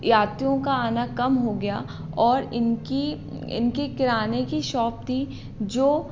यात्रियों का आना कम हो गया और इनकी इनकी किराने की शॉप थी जो